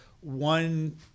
one